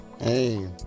Hey